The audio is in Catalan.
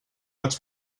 vaig